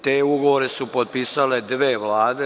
Te ugovore su potpisale dve vlade.